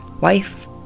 wife